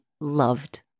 loved